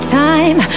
time